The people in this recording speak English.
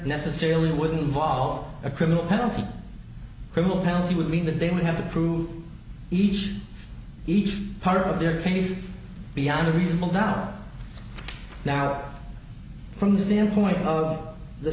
necessarily with paul a criminal penalty criminal penalty would mean that they would have to prove each each part of their case beyond a reasonable doubt now from the standpoint of the